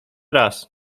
raz